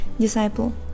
disciple